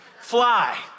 fly